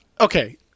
okay